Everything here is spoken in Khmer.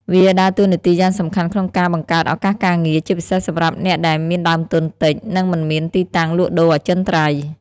វាដើរតួនាទីយ៉ាងសំខាន់ក្នុងការបង្កើតឱកាសការងារ ជាពិសេសសម្រាប់អ្នកដែល មានដើមទុនតិច និងមិនមានទីតាំងលក់ដូរអចិន្ត្រៃយ៍។